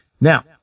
Now